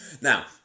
now